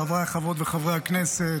חבריי חברות וחברי הכנסת,